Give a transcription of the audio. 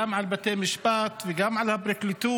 גם על בתי המשפט וגם על הפרקליטות.